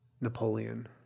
napoleon